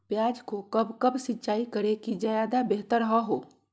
प्याज को कब कब सिंचाई करे कि ज्यादा व्यहतर हहो?